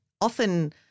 often